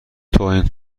توهین